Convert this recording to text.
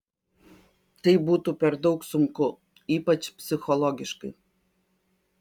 tai būtų per daug sunku ypač psichologiškai